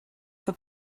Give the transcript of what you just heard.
for